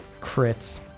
Crits